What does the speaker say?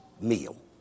meal